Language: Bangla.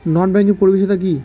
নন ব্যাংকিং পরিষেবা টা কি?